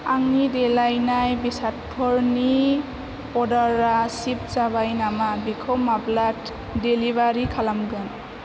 आंनि देलायनाय बेसादफोरनि अर्डारा सिप जाबाय नामा बेखौ माब्ला डेलिबारि खालामगोन